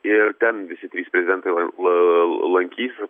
ir ten visi trys prezidentai laaa lankysis